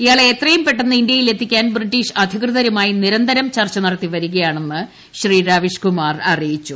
ഇയാളെ എത്രയും പെട്ടെന്ന് ഇന്ത്യയിലെത്തിക്കാൻ ബ്രിട്ടീഷ് അധികൃതരുമായി നിരന്തരം ചർച്ചനടത്തി വരികയാണെന്ന് ശ്രീ രാവീഷ് കുമാർ അറിയിച്ചു